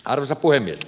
arvoisa puhemies